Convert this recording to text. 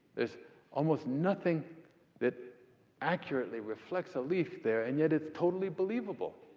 there's almost nothing that accurately reflects a leaf there, and yet it's totally believable.